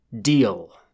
deal